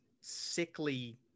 sickly